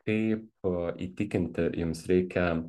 kaip įtikinti jums reikia